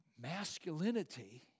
masculinity